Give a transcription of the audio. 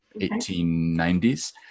1890s